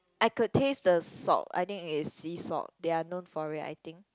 I could taste the salt I think it's sea salt they are known for it I think